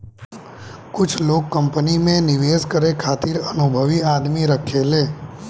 कुछ लोग कंपनी में निवेश करे खातिर अनुभवी आदमी के राखेले